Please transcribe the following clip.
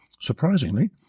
surprisingly